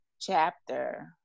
chapter